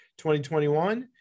2021